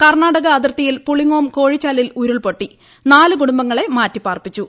കർണാടക അതിർത്തിയിൽ പുളിങ്ങോം കോഴിച്ചാലിൽ ഉരുൾപ്പൊട്ടി നാലു കുടുംബങ്ങളെ മാറ്റിപാർപ്പിച്ചു